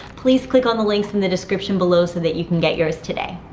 please click on the links in the description below so that you can get yours today.